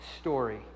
story